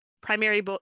primary